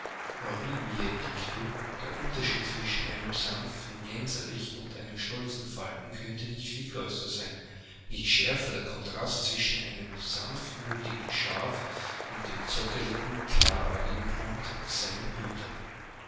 der unterschied zwischen einem sanften gänserich und einem stolzen falken könnte nicht viel größer sein nicht schärfer der kontrast zwischen einem sanftmütigen schaf und dem zotteligen klaräugigen hunde seinem hüter